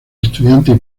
estudiantes